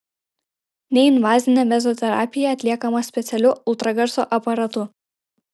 neinvazinė mezoterapija atliekama specialiu ultragarso aparatu